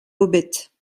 hobette